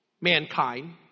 Mankind